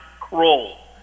crawl